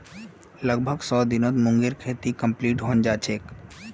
लगभग सौ दिनत मूंगेर खेती कंप्लीट हैं जाछेक